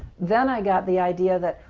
then i got the idea that,